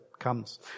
Comes